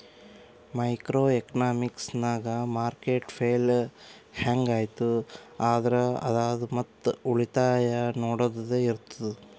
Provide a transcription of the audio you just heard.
micro economics ನಾಗ್ market fail ಹ್ಯಾಂಗ್ ಐಯ್ತ್ ಆದ್ರ ಆದಾಯ ಮತ್ ಉಳಿತಾಯ ನೊಡದ್ದದೆ ಇರ್ತುದ್